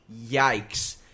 Yikes